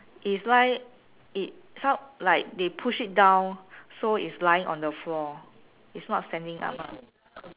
is lie it some like they push it down so it's lying on the floor it's not standing up [one]